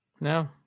No